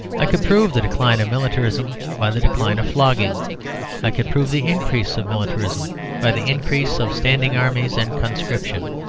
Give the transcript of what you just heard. i could prove the decline of militarism by the decline of flogging i could prove the increase of militarism by the increase of standing armies and conscription.